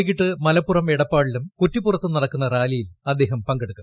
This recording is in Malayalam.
വൈകിട്ട് മലപ്പുറം എടപ്പാളിലും കുറ്റിപ്പുറത്തും നടക്കുന്ന റാലിയിൽ അദ്ദേഹം പങ്കെടുക്കും